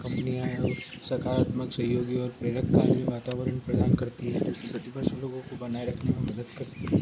कम्पनियाँ सकारात्मक सहयोगी और प्रेरक कार्य वातावरण प्रदान करती है जो कि प्रतिभाशाली लोगों को बनाए रखने में मदद करती है